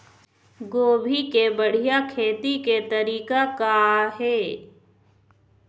गोभी के बढ़िया खेती के तरीका का हे?